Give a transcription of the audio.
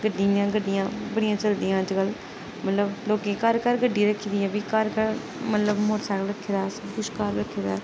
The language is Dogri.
गड्डियां गड्डियां बड़ियां चलदियां अज्जकल मतलब लोकें घर घर गड्डी रक्खी दी ऐ फ्ही घर घर मतलब मोटरसाइकल रक्खे दा असें सब कुछ घर रक्खे दा ऐ